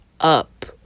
up